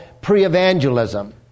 pre-evangelism